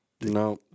No